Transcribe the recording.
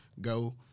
go